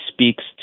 speaks